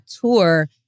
tour